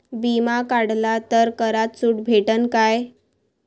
बिमा काढला तर करात सूट भेटन काय?